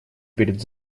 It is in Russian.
перед